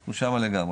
אנחנו שמה לגמרי,